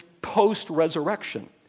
post-resurrection